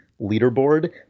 leaderboard